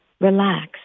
Relax